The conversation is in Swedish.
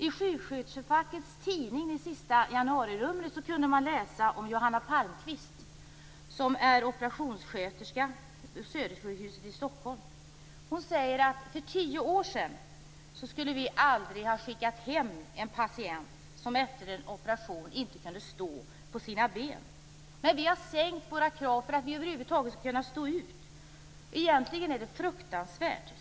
I januarinumret av sjuksköterskefackets tidning kunde man läsa om Johanna Palmqvist, som är operationssköterska vid Södersjukhuset i Stockholm. Hon säger: För tio år sedan skulle vi aldrig ha skickat hem en patient som efter en operation inte kunde stå på sina ben. Men vi har sänkt våra krav för att över huvud taget kunna stå ut. Egentligen är det fruktansvärt.